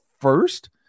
first –